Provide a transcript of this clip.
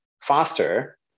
faster